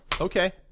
Okay